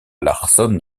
larsson